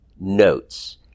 notes